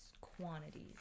quantities